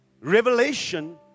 revelation